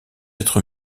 être